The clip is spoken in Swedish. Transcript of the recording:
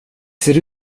ser